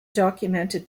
documented